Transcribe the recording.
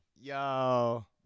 Yo